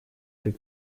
как